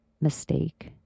mistake